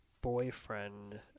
boyfriend